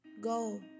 go